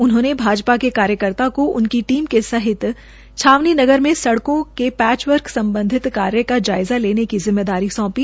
उन्होंने भारतीय जनता पार्टी के कार्यकर्ता को उनकी टीम के साथ छावनी नगर में सड़के के पैचवर्क सम्बधी कार्य का जायज़ा लेने की जिम्मेवारी सौंपी